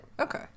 Okay